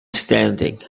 standing